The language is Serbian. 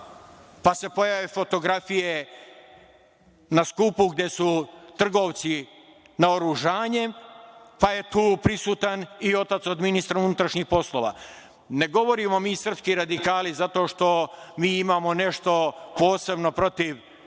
pa se pojave fotografije na skupu gde su trgovci naoružanjem, pa je tu prisutan i otac od ministra unutrašnjih poslova. Ne govorimo mi, srpski radikali, zato što mi imamo nešto posebno protiv